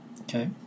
Okay